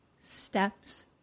steps